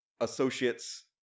associates